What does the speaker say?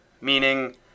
meaning